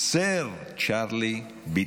סר צ'רלי ביטון.